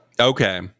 Okay